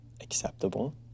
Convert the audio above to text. acceptable